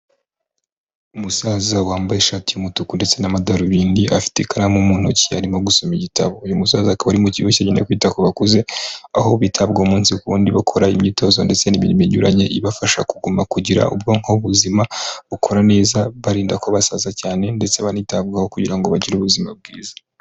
Umusaza wambaye ishati y'umutuku ndetse n'amadarubindi afite ikaramu mu ntoki arimo gusoma igitabo, uyu musaza akaba ari mu kigo cyagenewe kwita ku bakuze aho bitabwaho umunsi ku wundi bakora imyitozo ndetse n'imirimo inyuranye ibafasha kuguma kugira ubwonko buzima bukora neza barinda ko basaza cyane ndetse banitabwaho kugira ngo bagire ubuzima bwiza.